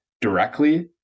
directly